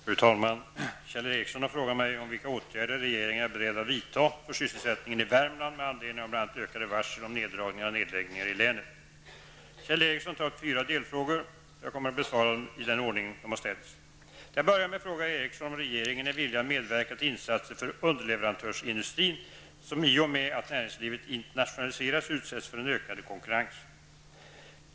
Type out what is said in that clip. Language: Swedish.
Fru talman! Kjell Ericsson har frågat mig om vilka åtgärder regeringen är beredd att vidta för sysselsättningen i Värmland med anledning av bl.a. Kjell Ericsson tar upp fyra delfrågor. Jag kommer att besvara dem i den ordning de har ställts. Till att börja med frågar Ericsson om regeringen är villig att medverka till insatser för underleverantörsindustrin som i och med att näringslivet internationaliseras utsätts för en ökande konkurrens.